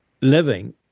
living